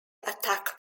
attack